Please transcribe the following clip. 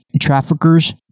traffickers